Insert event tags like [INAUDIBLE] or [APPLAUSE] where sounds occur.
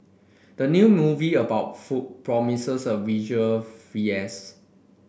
the new movie about food promises a visual [UNINTELLIGIBLE]